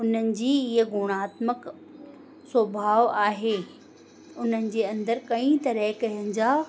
हुननि जी हीअ गुणात्मक सुभावु आहे उन्हनि जे अंदरि कई तरह कंहिंजा